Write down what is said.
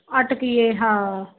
ਅਟਕੀਏ ਹਾਂ